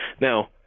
Now